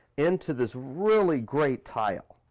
into this really great tile.